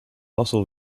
also